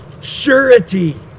Surety